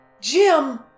Jim